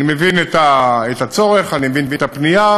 אני מבין את הצורך, אני מבין את הפנייה,